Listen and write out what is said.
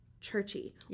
churchy